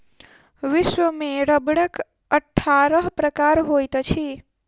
विश्व में रबड़क अट्ठारह प्रकार होइत अछि